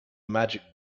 magic